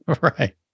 Right